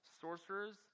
sorcerers